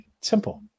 Simple